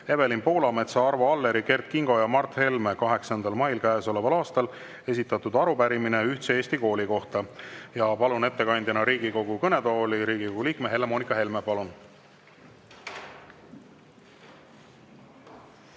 Evelin Poolametsa, Arvo Alleri, Kert Kingo ja Mart Helme 8. mail käesoleval aastal esitatud arupärimine ühtse eesti kooli kohta. Palun ettekandjana Riigikogu kõnetooli Riigikogu liikme Helle-Moonika Helme. Palun!